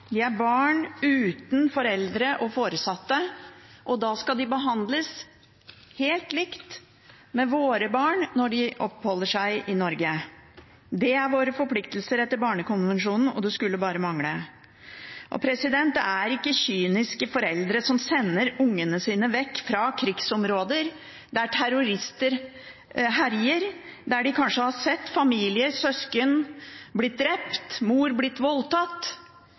De er barn uten foreldre og foresatte, og da skal de behandles helt likt med våre barn når de oppholder seg i Norge. Det er våre forpliktelser etter barnekonvensjonen, og det skulle bare mangle. Det er ikke kyniske foreldre som sender ungene sine vekk fra krigsområder der terrorister herjer, der de kanskje har sett familie og søsken bli drept, mor bli voldtatt.